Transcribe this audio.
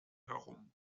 herum